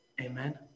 Amen